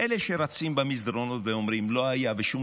אלה שרצים במסדרונות ואומרים "לא היה" ו"שום